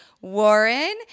Warren